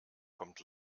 kommt